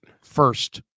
first